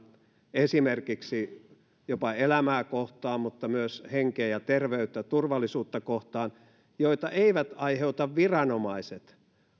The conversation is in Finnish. esimerkiksi jopa elämää kohtaan mutta myös henkeä ja terveyttä turvallisuutta kohtaan joita eivät aiheuta viranomaiset